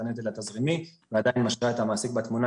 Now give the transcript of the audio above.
הנטל התזרימי ועדיין משאירה את המעסיק בתמונה,